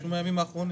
משהו מהימים האחרונים.